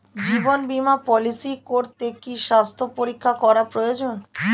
জীবন বীমা পলিসি করতে কি স্বাস্থ্য পরীক্ষা করা প্রয়োজন?